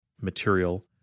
material